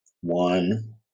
One